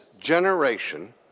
generation